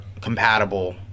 compatible